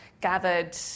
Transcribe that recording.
gathered